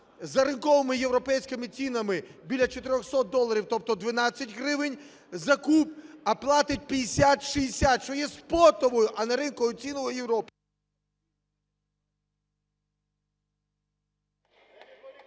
за ринковими європейськими цінами біля 400 доларів, тобто 12 гривень за куб, а платить 50-60, що є спотовою, а не ринковою ціною Європи…